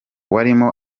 warimo